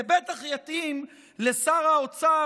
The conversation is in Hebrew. זה בטח יתאים לשר האוצר,